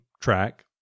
track